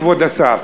כבוד השר,